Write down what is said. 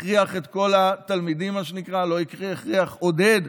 שהכריח את כל התלמידים, מה שנקרא לא הכריח, עודד,